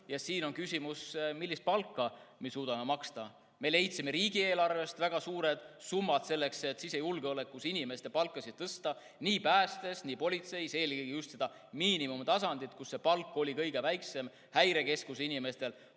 Siin on ka küsimus, millist palka me suudame maksta. Me leidsime riigieelarvest väga suured summad selleks, et sisejulgeolekus inimeste palka tõsta, nii pääste[valdkonnas] kui ka politseis, eelkõige just miinimumtasandil, kus see palk oli kõige väiksem, ka Häirekeskuse inimestel.